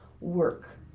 work